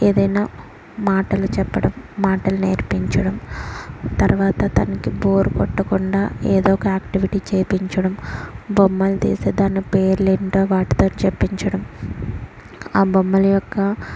ఏదైనా మాటలు చెప్పడం మాటలు నేర్పించడం తర్వాత తనకి బోర్ కొట్టకుండా ఏదో ఒక ఆక్టివిటీ చేపించడం బొమ్మలు తీసి దాని పేర్లు ఏంటో వాటితో చెప్పించడం ఆ బొమ్మల యొక్క